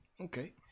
Okay